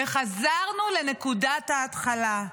וחזרנו לנקודת ההתחלה.